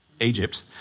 Egypt